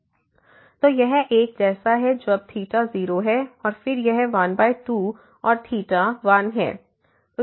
तो यह 1 जैसा है जब 0 है और फिर यह 12 और 1 है